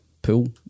Pool